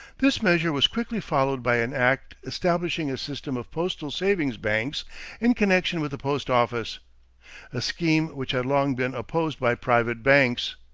this measure was quickly followed by an act establishing a system of postal savings banks in connection with the post office a scheme which had long been opposed by private banks.